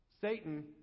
Satan